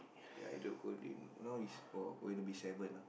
yeah now is uh going to be seven ah